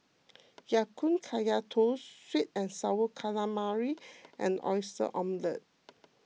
Ya Kun Kaya Toast Sweet and Sour Calamari and Oyster Omelette